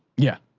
yeah.